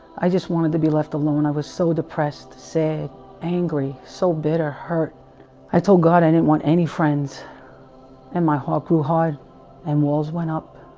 i just wanted to be left alone i was so depressed said angry so bitter hurt i told god i didn't, want any friends and my heart grew hard and walls went up